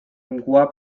mgła